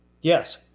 Yes